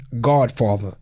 godfather